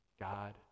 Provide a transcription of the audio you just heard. God